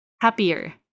happier